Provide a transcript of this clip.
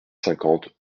cinquante